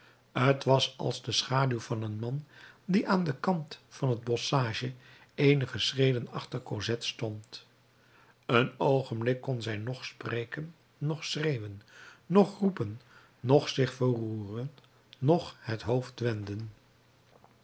t was als de schaduw van een man die aan den kant van het bosschage eenige schreden achter cosette stond een oogenblik kon zij noch spreken noch schreeuwen noch roepen noch zich verroeren noch het hoofd wenden